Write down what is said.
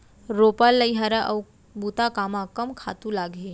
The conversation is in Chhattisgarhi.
रोपा, लइहरा अऊ बुता कामा कम खातू लागही?